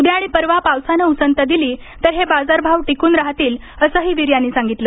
उद्या आणि परवा पावसानं उसंत दिली तर हे बाजारभाव टिकून राहतील असंही वीर यांनी सांगितलं